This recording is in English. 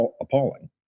appalling